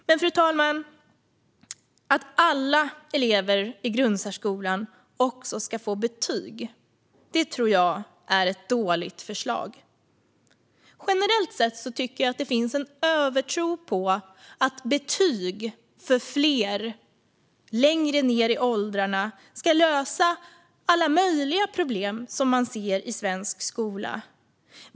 Men, fru talman, att alla elever i grundsärskolan ska få betyg tror jag är ett dåligt förslag. Generellt sett tycker jag att det finns en övertro på att betyg för fler längre ned i åldrarna ska lösa alla möjliga problem som man ser i svensk skola.